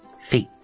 feet